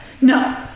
No